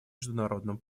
международным